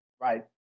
Right